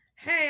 Hey